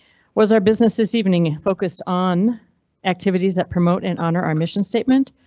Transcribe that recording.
was our business. this evening focused on activities that promote an honor, our mission statement,